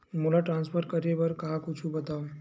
मोला ट्रान्सफर के बारे मा कुछु बतावव?